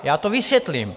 Já to vysvětlím.